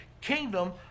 kingdom